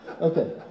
Okay